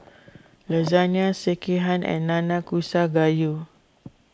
Lasagne Sekihan and Nanakusa Gayu